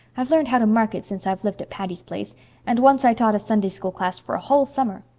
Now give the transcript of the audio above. i've learned how to market since i've lived at patty's place and once i taught a sunday school class for a whole summer.